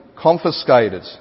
confiscated